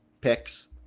picks